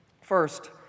First